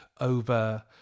over